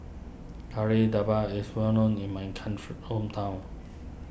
Kari Debal is well known in my country hometown